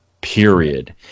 period